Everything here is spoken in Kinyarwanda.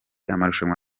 amarushanwa